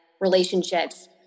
relationships